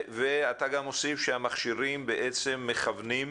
ואתה מוסיף שהמכשירים בעצם מכוונים,